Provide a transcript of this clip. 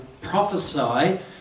prophesy